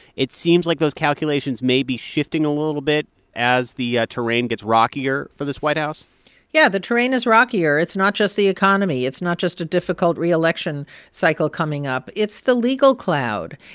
it seems like those calculations may be shifting a little bit as the terrain gets rockier for this white house yeah, the terrain is rockier. it's not just the economy. it's not just a difficult reelection cycle coming up. it's the legal cloud,